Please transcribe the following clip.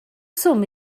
swm